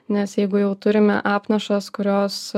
nes jeigu jau turime apnašas kurios